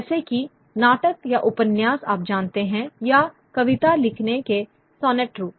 जैसे कि नाटक या उपन्यास आप जानते हैं या कविता लिखने के सॉनेट रूप